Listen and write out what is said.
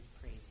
praise